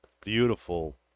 beautiful